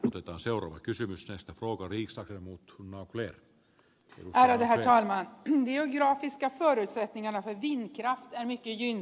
otetaan seuraava kysymys tästä koko riista ja muut kunnat liian läheltä lisäämään jo itse ärade herr talman